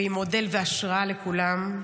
והיא מודל והשראה לכולם.